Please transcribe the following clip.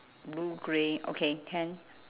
blue grey okay can